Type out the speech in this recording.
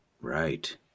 Right